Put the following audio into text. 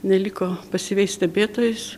neliko pasyviais stebėtojais